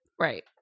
right